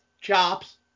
chops